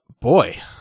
boy